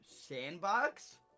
Sandbox